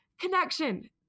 connection